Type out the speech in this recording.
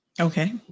Okay